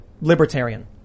libertarian